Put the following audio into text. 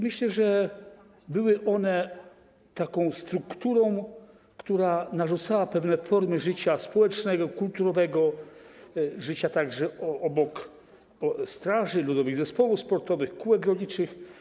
Myślę, że była to taka struktura, która narzucała pewne formy życia społecznego, kulturowego, ale także życia obok straży, ludowych zespołów sportowych, kółek rolniczych.